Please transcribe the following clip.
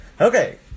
Okay